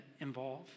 involve